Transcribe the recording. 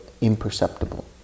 imperceptible